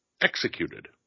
executed